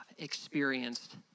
experienced